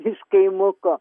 iš kaimuko